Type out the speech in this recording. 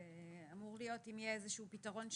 אם יהיה איזשהו פתרון שם,